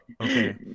Okay